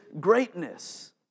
greatness